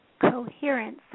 coherence